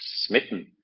smitten